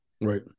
Right